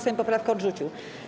Sejm poprawkę odrzucił.